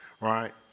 right